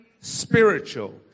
spiritual